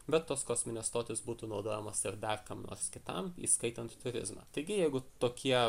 bet tos kosminės stotys būtų naudojamos ir dar kam nors kitam įskaitant turizmą taigi jeigu tokie